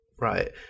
Right